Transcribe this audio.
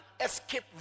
escape